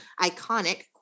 iconic